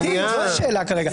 זו השאלה כרגע.